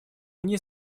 мне